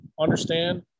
understand